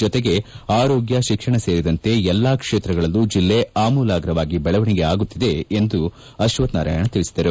ಜೊತೆಗೆ ಆರೋಗ್ತ ಶಿಕ್ಷಣ ಸೇರಿದಂತೆ ಎಲ್ಲ ಕ್ಷೇತ್ರಗಳಲ್ಲೂ ಜಿಲ್ಲೆ ಆಮೂಲಾಗ್ರವಾಗಿ ಬೆಳವಣಿಗೆ ಆಗುತ್ತಿದೆ ಎಂದು ಅಶ್ವಕ್ಟನಾರಾಯಣ ತಿಳಿಸಿದರು